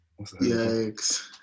Yikes